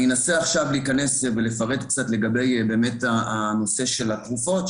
אני אנסה עכשיו להיכנס ולפרט קצת באמת לגבי הנושא של התרופות,